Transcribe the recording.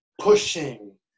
pushing